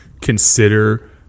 consider